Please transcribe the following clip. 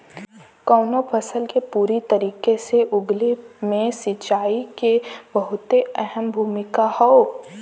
कउनो फसल के पूरी तरीके से उगले मे सिंचाई के बहुते अहम भूमिका हौ